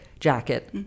jacket